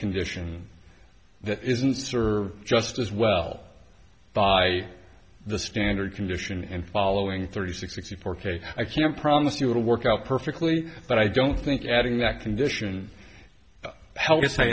condition that isn't served just as well by the standard condition and following thirty six sixty four k i can promise you it'll work out perfectly but i don't think adding that condition h